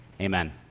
Amen